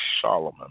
Solomon